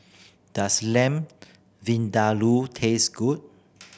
does Lamb Vindaloo taste good